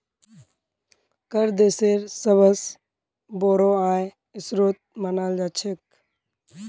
कर देशेर सबस बोरो आय स्रोत मानाल जा छेक